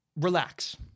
relax